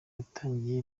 yatangiye